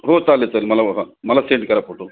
हो चालेल चालेल मला व हां मला सेंड करा फोटो